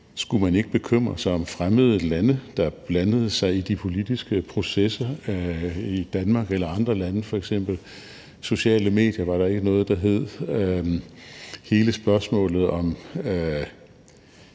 skulle man ikke bekymre sig om fremmede lande, der blandede sig i de politiske processer i Danmark eller andre lande, f.eks. Der var ikke noget, der hed sociale medier. Hele spørgsmålet om